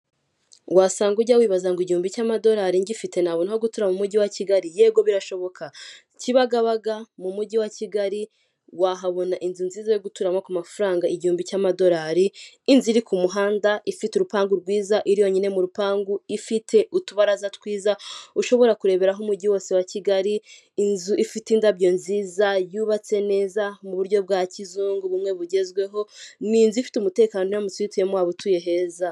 Wasanga ujya wibaza ngo igihumbi cy'amadolari ngifite nabona gutura mujyi wa kigali yego birashoboka Kibagabaga mu mujyi wa kigali wahabona inzu nziza yo guturamo ku mafaranga igihumbi cy'amadolari, inzu iri ku muhanda ifite urupangu rwiza, iri yonyine mu rupangu ifite utubaraza twiza, ushobora kureberaho umujyi wose wa Kigali inzu ifite indabyo nziza yubatse neza mu buryo bwa kizungu bumwe bugezweho ni inzu ifite umutekano uramtse iyituyemo waba utuye heza.